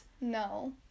No